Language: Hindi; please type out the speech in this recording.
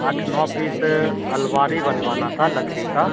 आठ नौ पीस अलमारी बनवाना था लकड़ी का